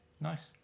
Nice